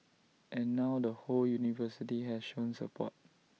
and now the whole university has shown support